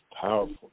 powerful